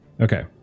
Okay